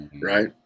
Right